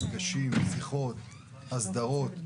יש מפגשים, שיחות והסדרות.